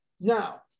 Now